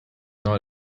not